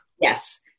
Yes